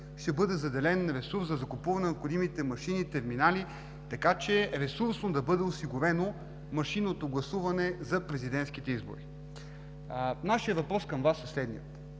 ще бъде заделен ресурс за купуване на необходимите машини и терминали, така че ресурсно да бъде осигурено машинното гласуване за президентските избори. Нашият въпрос към Вас е следният: